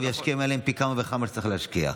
וישקיע בהם פי כמה וכמה כשצריך להשקיע.